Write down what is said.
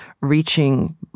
reaching